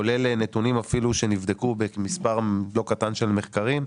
כולל אפילו נתונים שנבדקו במספר לא קטן של מחקרים,